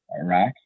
iraq